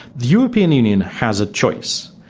the european union has a choice.